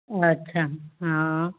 अच्छा हा